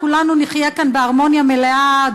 כולנו נחיה כאן בהרמוניה מלאה,